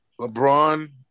LeBron